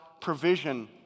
provision